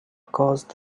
caused